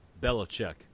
Belichick